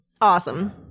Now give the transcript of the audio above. awesome